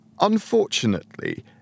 Unfortunately